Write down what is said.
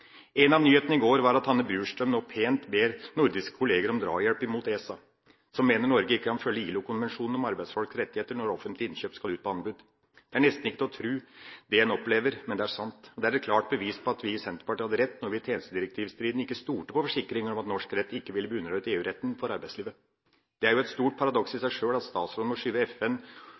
En av nyhetene i går var at Hanne Inger Bjurstrøm nå pent ber nordiske kollegaer om drahjelp imot ESA, som mener Norge ikke kan følge ILO-konvensjonen om arbeidsfolks rettigheter når offentlige innkjøp skal ut på anbud. Det er nesten ikke til å tru det en opplever, men det er sant. Det er et klart bevis på at vi i Senterpartiet hadde rett da vi i tjenestedirektivstriden ikke stolte på forsikringer om at norsk rett ikke ville bli underordnet EU-retten for arbeidslivet. Det er jo et stort paradoks i seg sjøl at statsråden må skyve FN